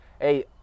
hey